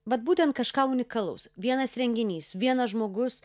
vat būtent kažką unikalaus vienas renginys vienas žmogus